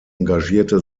engagierte